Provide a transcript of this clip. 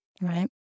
Right